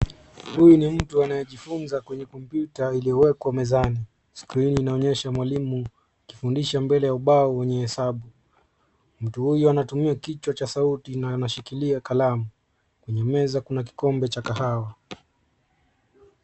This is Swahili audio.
Huyu ni mtu anayejifunza kwenye kompyuta iliyowekwa mezani. Skrini inaonyesha mwalimu akifundisha mbele ya ubao wenye hesabu. Mtu huyo anatumia kichwa cha sauti na anashikilia kalamu. Kwenye meza kuna kikombe cha kahawa.